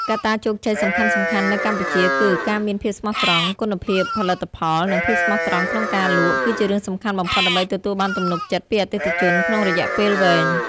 កត្តាជោគជ័យសំខាន់ៗនៅកម្ពុជាគឺ ការមានភាពស្មោះត្រង់ គុណភាពផលិតផល និងភាពស្មោះត្រង់ក្នុងការលក់ គឺជារឿងសំខាន់បំផុតដើម្បីទទួលបានទំនុកចិត្តពីអតិថិជនក្នុងរយៈពេលវែង។